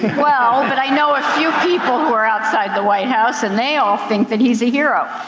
well, but i know a few people who are outside the white house, and they all think that he's a hero.